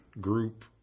group